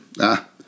Ah